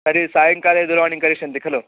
तर्हि सायङ्काले दूरवाणीं करिष्यन्ति खलु